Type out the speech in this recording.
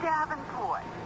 Davenport